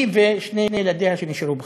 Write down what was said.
היא ושני ילדיה שנשארו בחיים.